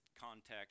context